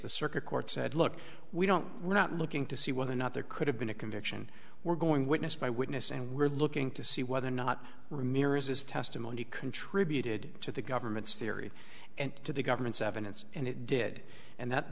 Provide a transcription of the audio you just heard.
the circuit court said look we don't we're not looking to see whether or not there could have been a conviction we're going witness by witness and we're looking to see whether or not ramirez his testimony contributed to the government's theory and to the government's evidence and it did and that